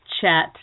chat